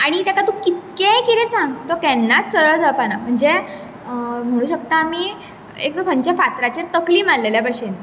आनी ताका तूं कितकेंय कितें सांग तो केन्नाच सरळ जावपाना म्हणजे म्हणूं शकता आमी एकदा खंयच्या फातराचेर तकली मारलेल्या भशेन